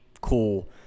Cool